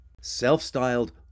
Self-styled